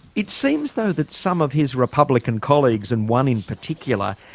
it seems though that some of his republican colleagues, and one in particular,